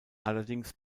allerdings